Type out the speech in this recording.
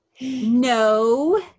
No